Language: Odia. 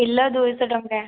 କିଲୋ ଦୁଇ ଶହ ଟଙ୍କା